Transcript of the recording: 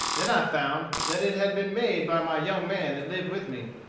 then i found that it had been made by my young man that lived with me,